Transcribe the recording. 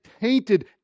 tainted